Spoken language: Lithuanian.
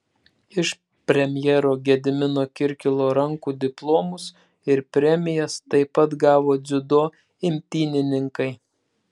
iš premjero gedimino kirkilo rankų diplomus ir premijas taip pat gavo dziudo imtynininkai